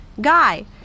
Guy